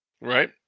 Right